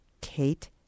Kate